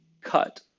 cut